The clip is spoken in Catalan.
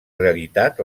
realitat